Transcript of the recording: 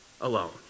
alone